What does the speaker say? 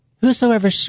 whosoever